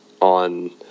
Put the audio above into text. on